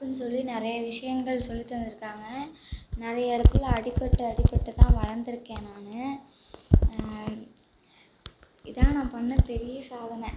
அப்புடின்னு சொல்லி நிறைய விஷயங்கள் சொல்லி தந்துருக்காங்கள் நிறைய இடத்துல அடிப்பட்டு அடிப்பட்டு தான் வளர்ந்து இருக்கேன் நான் இதுதான் நான் பண்ண பெரிய சாதனை